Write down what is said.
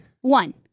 One